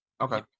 okay